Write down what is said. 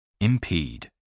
Impede